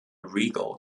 regal